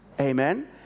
Amen